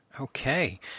Okay